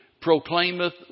Proclaimeth